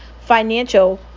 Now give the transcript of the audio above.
financial